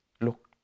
look